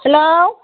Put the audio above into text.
hello